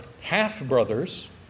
half-brothers